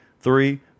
three